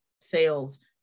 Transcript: sales